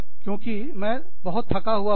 क्योंकि मैं बहुत थका हुआ हूँ